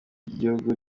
y’ibihugu